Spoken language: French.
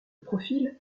profil